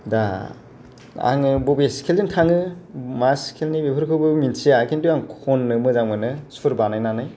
दा आङो बबे स्क्लेजों थाङो मा स्केलनि बेफोरखौबो मिन्थिया खिन्तु आं खननो मोजां मोनो सुर बानायनानै